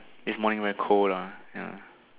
this morning very cold ah ya